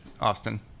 Austin